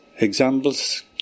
Examples